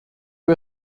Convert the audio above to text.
you